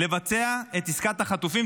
לבצע את עסקת החטופים,